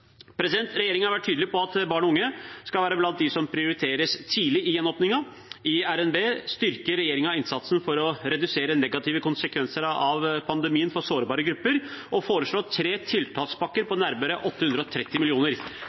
har vært tydelig på at barn og unge skal være blant dem som prioriteres tidlig i gjenåpningen. I revidert nasjonalbudsjett styrker regjeringen innsatsen for å redusere negative konsekvenser av pandemien for sårbare grupper og foreslår tre tiltakspakker på nærmere 830